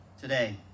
today